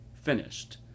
finished